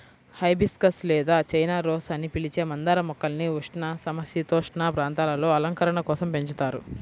hibiscus లేదా China rose అని పిలిచే మందార మొక్కల్ని ఉష్ణ, సమసీతోష్ణ ప్రాంతాలలో అలంకరణ కోసం పెంచుతారు